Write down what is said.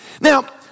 Now